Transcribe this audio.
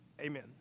Amen